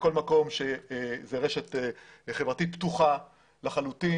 בכל מקום זאת רשת חברתית פתוחה לחלוטין